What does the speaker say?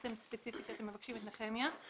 ספציפית שאתם מבקשים את נחמיה.